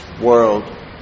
world